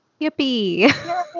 Yippee